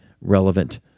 relevant